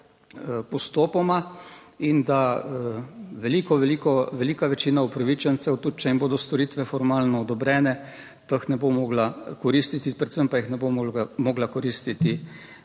postopoma in da, velika večina upravičencev, tudi če jim bodo storitve formalno odobrene, teh ne bo mogla koristiti, predvsem pa jih ne bo mogla koristiti